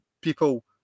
people